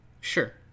sure